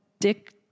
dick